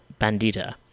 Bandita